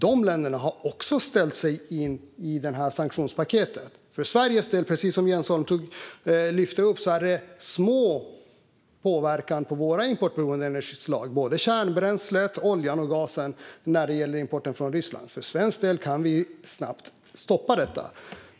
De länderna har också ställt sig bakom sanktionspaketet. Precis som Jens Holm lyfte fram är påverkan av importen från Ryssland på våra importberoende energislag för Sveriges del liten. Det gäller både kärnbränslet, oljan och gasen. För svensk del kan vi snabbt stoppa den.